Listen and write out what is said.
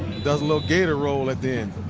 does a little gator roll at the end.